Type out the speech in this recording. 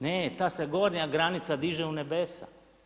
Ne, ta se gornja granica diže u nebesa.